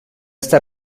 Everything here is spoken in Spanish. esta